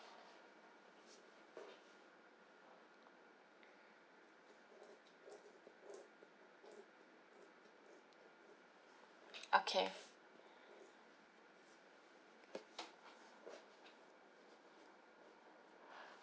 okay